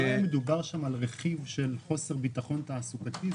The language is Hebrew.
לא היה מדובר שם על רכיב של חוסר ביטחון תעסוקתי,